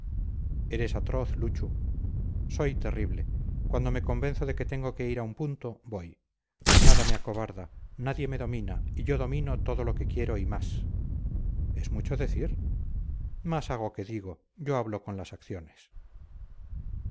eres atroz luchu soy terrible cuando me convenzo de que tengo que ir a un punto voy nada me acobarda nadie me domina y yo domino todo lo que quiero y más es mucho decir más hago que digo yo hablo con las acciones